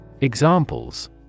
Examples